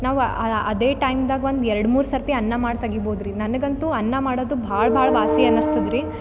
ನಾವು ಅದೇ ಟೈಮ್ದಾಗ ಒಂದು ಎರಡು ಮೂರು ಸರ್ತಿ ಅನ್ನ ಮಾಡಿ ತೆಗಿಬಹುದ್ರಿ ನನಗಂತು ಅನ್ನ ಮಾಡೋದು ಭಾಳ ಭಾಳ ವಾಸಿ ಅನ್ನಿಸ್ತದ್ರಿ